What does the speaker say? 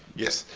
yes,